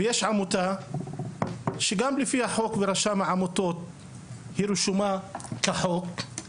ויש עמותה שגם לפי החוק ורשם העמותות היא רשומה כחוק,